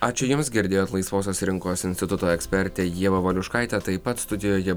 ačiū jums girdėjot laisvosios rinkos instituto ekspertę ievą valiuškaitę taip pat studijoje